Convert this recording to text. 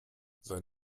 sein